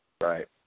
Right